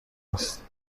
است